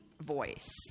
voice